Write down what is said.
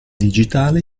digitale